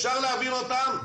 אפשר להעביר אותם,